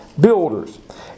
builders